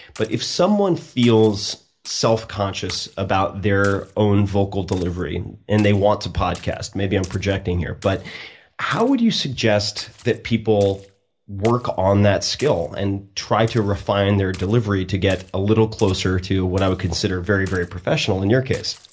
but if someone feels self conscious about their own vocal delivery, and they want to podcast maybe i'm projecting, here but how would you suggest that people work on that skill and try to refine their delivery to get a little closer to what i would consider very, very professional in your case?